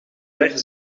ver